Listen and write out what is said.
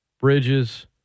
Bridges